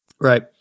Right